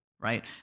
Right